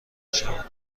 شود